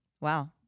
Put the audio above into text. Wow